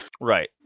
Right